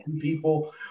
people